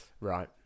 Right